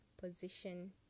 position